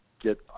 get